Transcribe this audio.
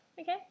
Okay